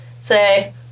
say